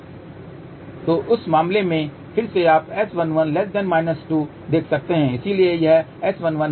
तो इस मामले में फिर से आप S11 2 देख सकते हैं इसलिए यह S11 है